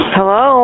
Hello